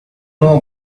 know